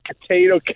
potato